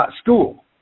.school